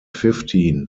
fifteen